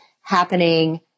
happening